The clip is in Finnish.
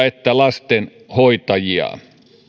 että lastenhoitajia